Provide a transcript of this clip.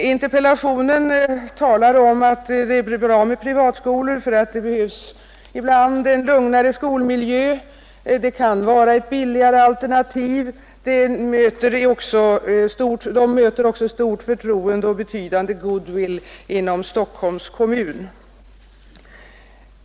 I interpellationen talas det bara 161 om att det är bra med privatskolor, eftersom det ibland behövs en lugnare skolmiljö. De kan vara ett billigare alternativ, och de möter också stort förtroende och har en betydande goodwill inom Stockholms kommun.